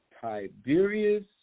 Tiberius